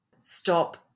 stop